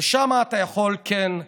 ושם אתה יכול, כן.